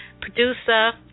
producer